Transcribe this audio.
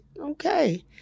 Okay